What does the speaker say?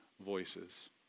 voices